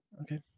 Okay